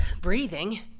breathing